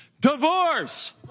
divorce